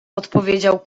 odpowiedział